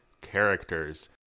characters